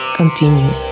continue